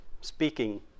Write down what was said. speaking